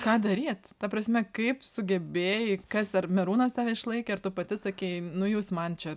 ką daryt ta prasme kaip sugebėjai kas ar merūnas tave išlaikė ar tu pati sakei nu jūs man čia